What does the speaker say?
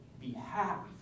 behalf